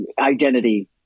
identity